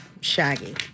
shaggy